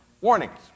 warnings